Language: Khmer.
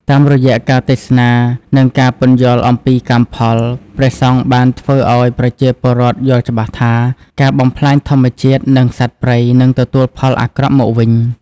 តាមរយៈការទេសនា និងការពន្យល់អំពីកម្មផល ព្រះសង្ឃបានធ្វើឱ្យប្រជាពលរដ្ឋយល់ច្បាស់ថា ការបំផ្លាញធម្មជាតិ និងសត្វព្រៃនឹងទទួលផលអាក្រក់មកវិញ។